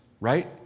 right